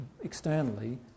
externally